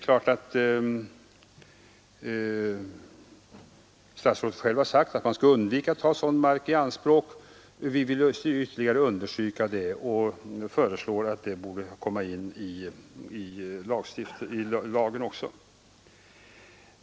Statsrådet har själv sagt att man bör undvika att ta sådan mark i anspråk. Vi vill ytterligare understryka det och föreslår att det skall komma med också i lagen.